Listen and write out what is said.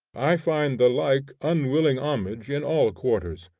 i find the like unwilling homage in all quarters.